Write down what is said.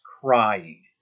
crying